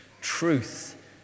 truth